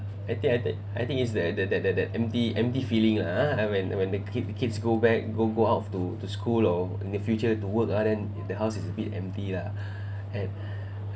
I think at that I think it's the that that that the empty empty feeling ah when when the kids kids go back go go off to school or in the future to work ah then the house is a bit empty lah and